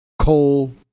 coal